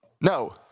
No